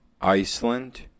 Iceland